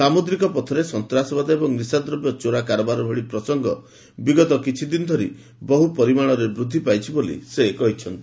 ସାମୁଦ୍ରିକ ପଥରେ ସନ୍ତାସବାଦ ଏବଂ ନିଶାଦ୍ରବ୍ୟ ଚୋରା କାରବାର ଭଳି ପ୍ରସଙ୍ଗ ବିଗତ କିଛିଦିନ ଧରି ବହୁ ପରିମାଣରେ ବୃଦ୍ଧି ପାଇଛି ବୋଲି ସେ କହିଛନ୍ତି